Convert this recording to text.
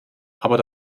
aber